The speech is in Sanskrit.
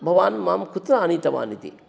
भवान् मां कुत्र आनीतवान् इति